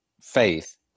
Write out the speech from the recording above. faith